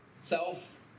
self